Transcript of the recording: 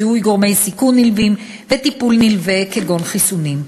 זיהוי גורמי סיכון נלווים וטיפול נלווה כגון חיסונים.